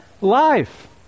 life